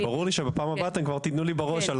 וברור לי שבפעם הבאה אתם כבר תתנו לי בראש.